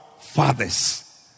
fathers